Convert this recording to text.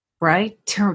Right